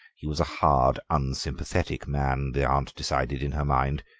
he was a hard, unsympathetic man, the aunt decided in her mind.